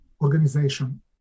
organization